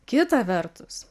kita vertus